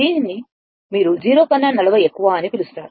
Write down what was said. దీనినే మీరు 0 కన్నా 40 ఎక్కువ అని పిలుస్తారు